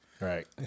Right